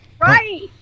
Right